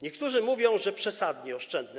Niektórzy mówią, że przesadnie oszczędne.